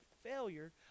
failure